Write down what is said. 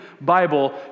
Bible